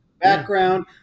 background